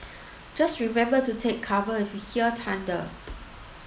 just remember to take cover if you hear thunder